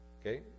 Okay